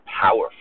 powerful